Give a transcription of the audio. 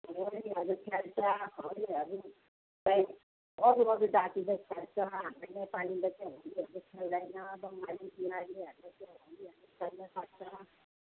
होलीहरू खेल्छ होलीहरू चाहिँ अरू अरू जातिले खेल्छ हामी नेपालीले चाहिँ होलीहरू खेल्दैन बङ्गाली बिहारीहरूले चाहिँ होलीहरू खेल्ने गर्छ